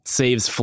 saves